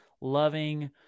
loving